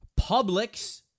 Publix